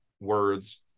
words